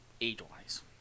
age-wise